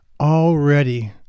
Already